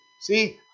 See